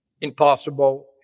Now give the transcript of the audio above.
impossible